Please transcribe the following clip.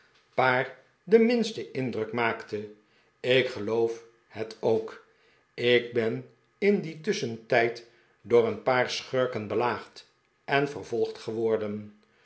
paar den minsten indruk maakte ik geloof het ook ik ben in dien tusschentijd door een paar schurken geplaagd en vervolgd geworden